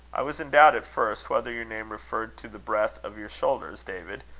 i was in doubt at first whether your name referred to the breadth of your shoulders, david,